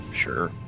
Sure